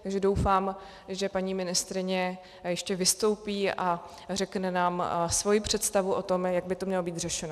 Takže doufám, že paní ministryně ještě vystoupí a řekne nám svoji představu o tom, jak by to mělo být řešeno.